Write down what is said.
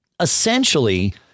essentially